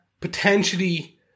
potentially